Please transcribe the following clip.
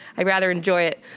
i'd rather enjoy it.